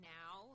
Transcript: now